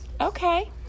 Okay